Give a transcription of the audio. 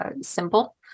simple